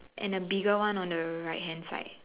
and a bigger one on the right hand side